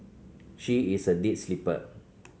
she is a deep sleeper